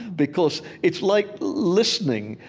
because it's like listening.